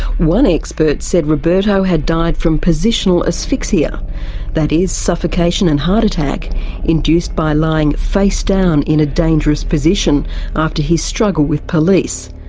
one expert said roberto had died from positional asphyxia that is, suffocation and heart attack induced by lying face down in a dangerous position after his struggle with police.